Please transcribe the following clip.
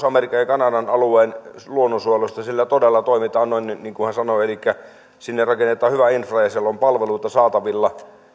amerikan ja kanadan alueen luonnonsuojelusta siellä todella toimitaan niin kuin hän sanoi elikkä sinne rakennetaan hyvä infra ja siellä on palveluita saatavilla